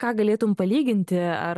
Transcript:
ką galėtum palyginti ar